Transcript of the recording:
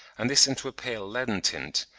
and this into a pale leaden tint,